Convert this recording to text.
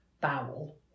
bowel